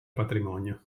patrimonio